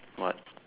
what